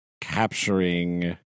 Capturing